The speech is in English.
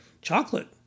chocolate